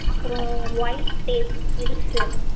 அப்புறம் white tape பெருசு